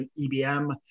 EBM